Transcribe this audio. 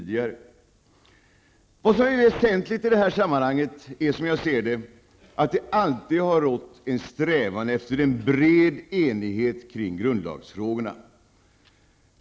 Det som är väsentligt i det här sammanhanget är att det alltid har rått ett strävan efter en bred enighet kring grundlagsfrågorna.